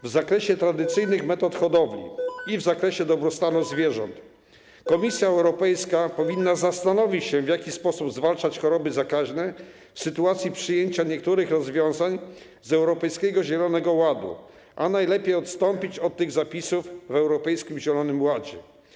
W zakresie tradycyjnych metod hodowli i dobrostanu zwierząt Komisja Europejska powinna zastanowić się, w jaki sposób zwalczać choroby zakaźne w sytuacji przyjęcia niektórych rozwiązań z Europejskiego Zielonego Ładu, a najlepiej odstąpić od tych zapisów w Europejskim Zielonym Ładzie.